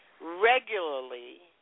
regularly